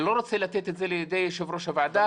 אני לא רוצה לתת את זה לידי יושב-ראש הוועדה,